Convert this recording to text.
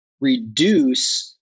reduce